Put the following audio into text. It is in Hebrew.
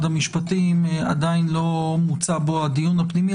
המשפטים עדיין לא מוצה בו הדיון הפנימי,